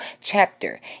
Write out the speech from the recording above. chapter